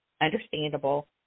understandable